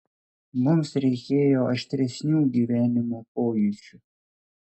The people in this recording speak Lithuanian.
mums reikėjo aštresnių gyvenimo pojūčių